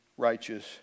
Righteous